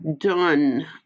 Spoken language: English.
done